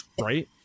right